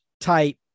type